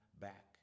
back